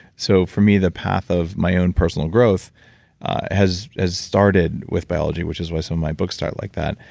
so for me, the path of my own personal growth has has started with biology, which is why some of my books start like that,